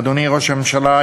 אדוני ראש הממשלה,